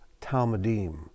Talmudim